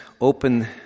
open